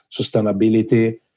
sustainability